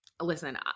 listen